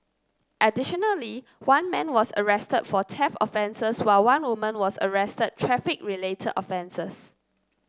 additionally one man was arrested for theft offences while one woman was arrested traffic related offences